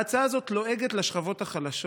ההצעה הזאת לועגת לשכבות החלשות,